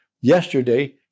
yesterday